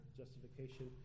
justification